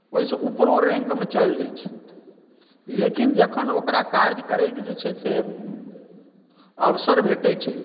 ओहिसँ उपरो रैँक पर चलि जाइ छै लेकिन जखन ओकरा कार्य करैकेँ जे छै से अवसर भेटै छै